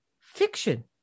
fiction